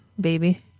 baby